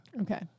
Okay